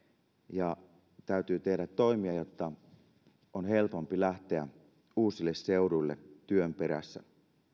ja täytyy tehdä toimia jotta on helpompi lähteä uusille seuduille työn perässä